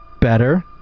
Better